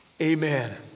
amen